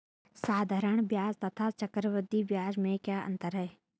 साधारण ब्याज तथा चक्रवर्धी ब्याज में क्या अंतर है?